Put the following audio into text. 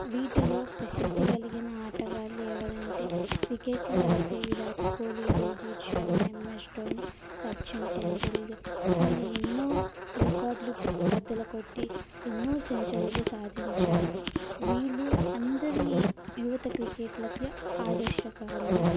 వీటిలో ప్రసిద్ధి కలిగిన ఆటగాళ్ళు ఎవరంటే క్రికెట్లో అయితే విరాట్ కోహ్లీ రోహిత్ శర్మ ఎమ్ఎస్ ధోని సచిన్ టెండూల్కర్ వీళ్ళు ఎన్నో రికార్డులు బద్దలు కొట్టి ఎన్నో సెంచురీలు సాధించారు వీళ్ళు అందరి యువత క్రికెట్లకు ఆదర్శకాలు